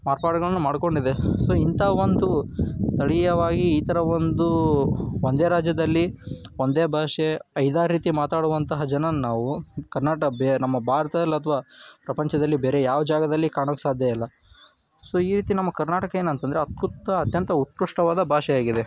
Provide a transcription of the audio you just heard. ಮಾರ್ಪಾಡುಗಳ್ನ ಮಾಡಿಕೊಂಡಿದೆ ಸೊ ಇಂಥ ಒಂದು ಸ್ಥಳೀಯವಾಗಿ ಈ ಥರ ಒಂದು ಒಂದೇ ರಾಜ್ಯದಲ್ಲಿ ಒಂದೇ ಭಾಷೆ ಐದಾರು ರೀತಿ ಮಾತಾಡುವಂತಹ ಜನ ನಾವು ಕರ್ನಾಟಕ ಬೇರೆ ನಮ್ಮ ಭಾರ್ತದಲ್ಲಿ ಅಥವಾ ಪ್ರಪಂಚದಲ್ಲಿ ಬೇರೆ ಯಾವ ಜಾಗದಲ್ಲಿ ಕಾಣೋಕ್ಕೆ ಸಾಧ್ಯ ಇಲ್ಲ ಸೊ ಈ ರೀತಿ ನಮ್ಮ ಕರ್ನಾಟಕ ಏನಂತಂದರೆ ಅಕೃತ್ತ ಅತ್ಯಂತ ಉತ್ಕೃಷ್ಟವಾದ ಭಾಷೆಯಾಗಿದೆ